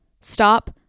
Stop